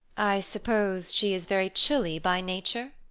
i suppose she is very chilly by nature?